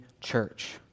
church